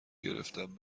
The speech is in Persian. گرفتم